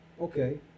okay